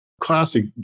Classic